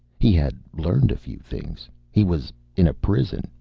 he had learned a few things. he was in a prison,